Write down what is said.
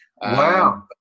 Wow